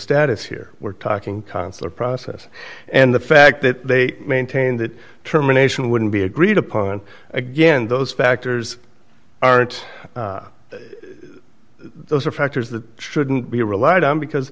status here we're talking consular process and the fact that they maintain that terminations wouldn't be agreed upon again those factors aren't those are factors that shouldn't be relied on because